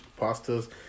pastas